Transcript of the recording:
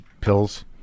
pills